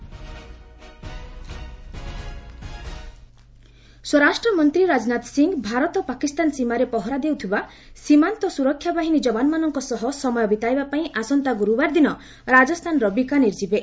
ଦଶହରା ରାଜନାଥ ସ୍ୱରାଷ୍ଟ୍ର ମନ୍ତ୍ରୀ ରାଜନାଥ ସିଂ ଭାରତ ପାକିସ୍ତାନ ସୀମାରେ ପହରା ଦେଉଥିବା ସୀମାନ୍ତ ସୁରକ୍ଷା ବାହିନୀ ଯବାନମାନଙ୍କ ସହ ସମୟ ବିତାଇବାପାଇଁ ଆସନ୍ତା ଗ୍ରର୍ରବାର ଦିନ ରାଜସ୍ଥାନର ବିକାନିର୍ ଯିବେ